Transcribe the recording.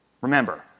Remember